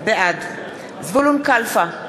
בעד זבולון קלפה,